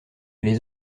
les